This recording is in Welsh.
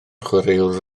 chwaraewr